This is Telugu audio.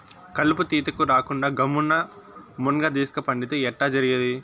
కలుపు తీతకు రాకుండా గమ్మున్న మున్గదీస్క పండితే ఎట్టా జరిగేది